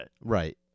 Right